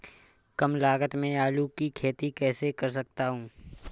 कम लागत में आलू की खेती कैसे कर सकता हूँ?